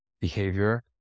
behavior